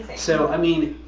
so i mean,